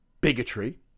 Bigotry